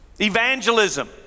Evangelism